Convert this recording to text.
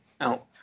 out